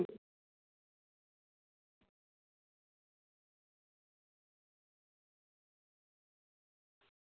म्हणजे त्याची तिथं आता रोड वगैरे काहीतरी तिथं न्यू असं करायचं आहे असं वाटते थे त्याचं काम सुरू आहे तिथं